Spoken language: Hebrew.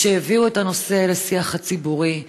שהביאו את הנושא לשיח הציבורי.